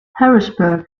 harrisburg